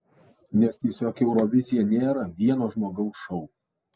nes tiesiog eurovizija nėra vieno žmogaus šou